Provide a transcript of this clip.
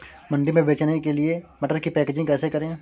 मंडी में बेचने के लिए मटर की पैकेजिंग कैसे करें?